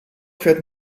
fährt